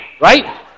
Right